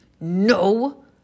No